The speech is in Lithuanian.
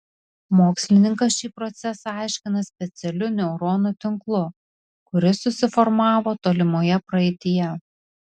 mokslininkas šį procesą aiškina specialiu neuronų tinklu kuris susiformavo tolimoje praeityje